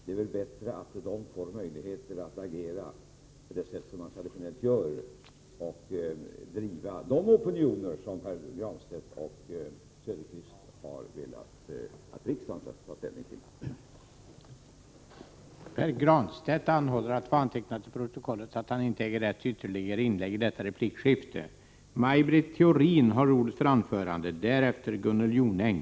Det är bättre att dessa rörelser får möjlighet att agera och driva opinionen på det sätt som de traditionellt gör än som Pär Granstedt och Oswald Söderqvist har föreslagit, nämligen att riksdagen skulle blanda in en referensgrupp i detta sammanhang.